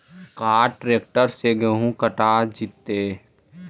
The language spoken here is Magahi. का ट्रैक्टर से गेहूं कटा जितै?